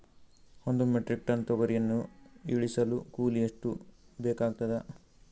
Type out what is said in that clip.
ಒಂದು metric ton ತೊಗರಿಯನ್ನು ಇಳಿಸಲು ಕೂಲಿ ಶುಲ್ಕ ಎಷ್ಟು ಬೇಕಾಗತದಾ?